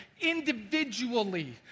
individually